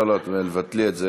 לא, תבטלי את זה.